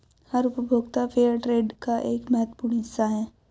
हर उपभोक्ता फेयरट्रेड का एक महत्वपूर्ण हिस्सा हैं